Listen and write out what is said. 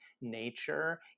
nature